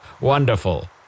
Wonderful